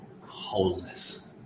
wholeness